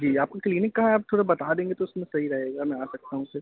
जी आपका क्लीनिक कहाँ है आप थोड़ा बता देंगे तो उसमें सही रहेगा मैं आ सकता हूँ फिर